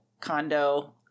condo